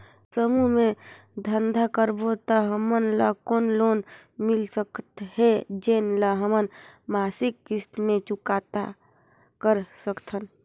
समूह मे धंधा करबो त हमन ल कौन लोन मिल सकत हे, जेन ल हमन मासिक किस्त मे चुकता कर सकथन?